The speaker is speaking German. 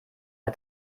der